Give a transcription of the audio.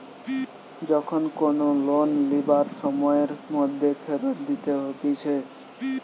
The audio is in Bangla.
যখন কোনো লোন লিবার সময়ের মধ্যে ফেরত দিতে হতিছে